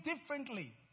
differently